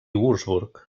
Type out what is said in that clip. würzburg